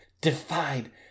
defied